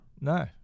No